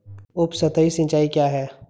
उपसतही सिंचाई क्या है?